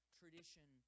tradition